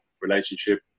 relationship